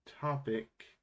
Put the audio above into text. topic